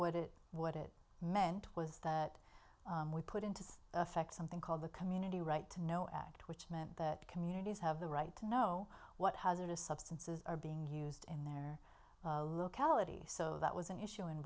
what it what it meant was that we put into effect something called the community right to know act which meant that communities have the right to know what hazardous substances are being used in their so that was an issue in